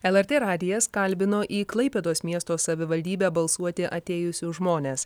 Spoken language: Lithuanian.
lrt radijas kalbino į klaipėdos miesto savivaldybę balsuoti atėjusius žmones